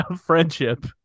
friendship